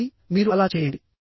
కాబట్టి మీరు అలా చేయండి